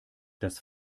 das